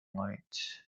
lights